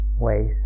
ways